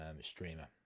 streamer